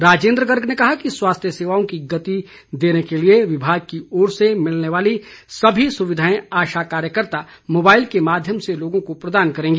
राजेन्द्र गर्ग ने कहा कि स्वास्थ्य सेवाओं को गति देने के लिए विभाग की ओर से मिलने वाली सभी सुविधाएं आशा कार्यकर्ता मोबाईल के माध्यम से लोगों को प्रदान करेंगी